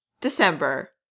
December